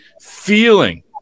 feeling